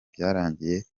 byarangiye